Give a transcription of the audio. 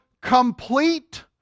complete